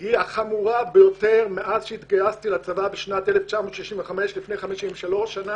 היא החמורה ביותר מאז שהתגייסתי לצבא בשנת 1965 לפני 53 שנה.